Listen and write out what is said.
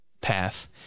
path